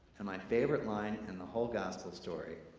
and my favorite line in the whole gospel story,